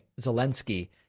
Zelensky